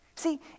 See